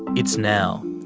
it's now.